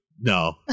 No